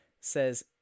says